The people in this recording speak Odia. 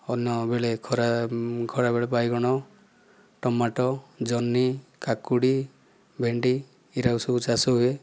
ଅନ୍ୟ ବେଳେ ଖରା ଖରାବେଳେ ବାଇଗଣ ଟମାଟୋ ଜହ୍ନି କାକୁଡ଼ି ଭେଣ୍ଡି ଏରାକୁ ସବୁ ଚାଷ ହୁଏ